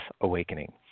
awakening